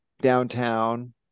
downtown